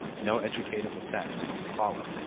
no educative effect, need follow.